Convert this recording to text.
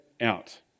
out